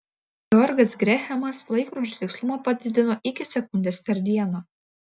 georgas grehamas laikrodžių tikslumą padidino iki sekundės per dieną